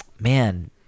Man